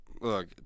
Look